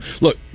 look